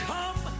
Come